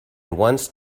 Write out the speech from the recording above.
once